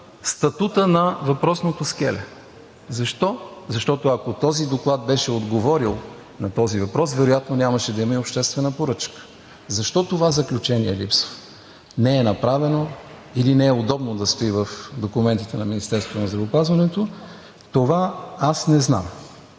статута на въпросното скеле. Защо? Защото, ако този доклад беше отговорил на този въпрос, вероятно нямаше да има и обществена поръчка. Защо това заключение липсва? Не е направено или не е удобно да стои в документите на Министерството на здравеопазването – това аз не знам.